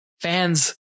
fans